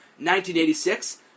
1986